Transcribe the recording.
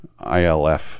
ILF